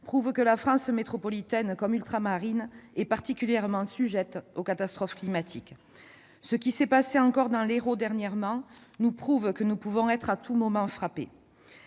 prouvent que la France, métropolitaine comme ultramarine, est particulièrement sujette aux catastrophes climatiques. Ce qui s'est passé dans l'Hérault dernièrement nous prouve une nouvelle fois que nous pouvons être frappés